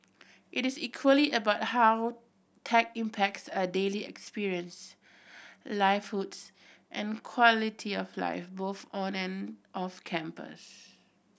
it is equally about how tech impacts our daily experience livelihoods and quality of life both on and off campus